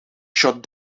shut